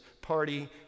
party